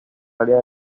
área